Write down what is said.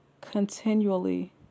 continually